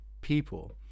people